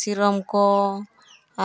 ᱥᱤᱨᱚᱢ ᱠᱚ